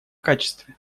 качестве